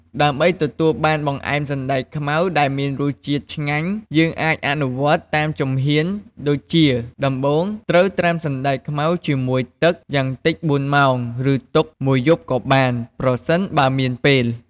ដើម្បីទទួលបានបង្អែមសណ្ដែកខ្មៅដែលមានរសជាតិឆ្ងាញ់ យើងអាចអនុវត្តតាមជំហានដូចជា ដំបូងត្រូវត្រាំសណ្តែកខ្មៅជាមួយទឹកយ៉ាងតិច ៤ ម៉ោង ឬទុកមួយយប់ក៏បាន ប្រសិនបើមានពេល។